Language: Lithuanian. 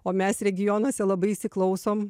o mes regionuose labai įsiklausom